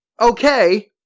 okay